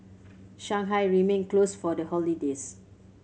Shanghai remained closed for the holidays